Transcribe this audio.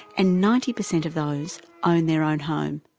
and ninety percent of those own their own home.